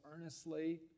earnestly